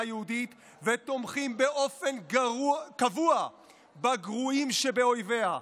יהודית ותומכים באופן קבוע בגרועים שבאויביה,